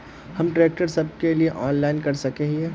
हम ट्रैक्टर सब के लिए ऑनलाइन कर सके हिये?